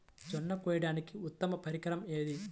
జొన్న కోయడానికి ఉత్తమ పరికరం ఏది?